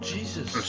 Jesus